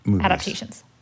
Adaptations